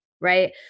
right